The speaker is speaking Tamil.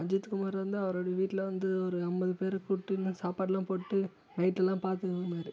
அஜித்குமார் வந்து அவருடைய வீட்டில் வந்து ஒரு ஐம்பது பேர கூட்டின்னு வந்து சாப்பாடு எல்லாம் போட்டு நைட்டெல்லாம் பார்த்துக்கின்னாரு